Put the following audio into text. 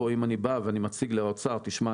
או אם אני בא ואני מציג לאוצר 'תשמע,